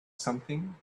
something